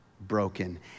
broken